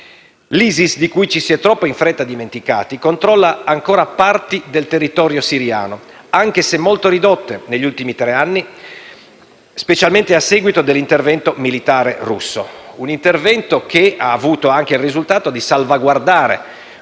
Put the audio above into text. L'ISIS, di cui ci si è troppo in fretta dimenticati, controlla ancora parti del territorio siriano, anche se molto ridotte negli ultimi tre anni, specialmente a seguito dell'intervento militare russo; un intervento che ha avuto anche il risultato di salvaguardare